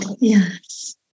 yes